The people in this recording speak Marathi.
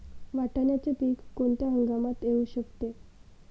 वाटाण्याचे पीक कोणत्या हंगामात येऊ शकते?